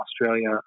Australia